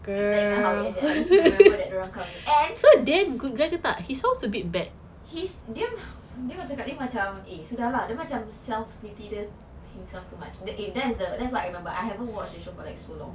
tak ingat how it ended I just know they kahwin and he's dia dia macam eh sudah lah dia macam self in love himself too much if that's the that's what I remember I have not watch the show for like so long